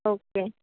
okay